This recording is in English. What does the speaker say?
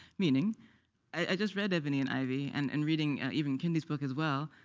meaning i just read ebony and ivy, and and reading even kendi's book as well.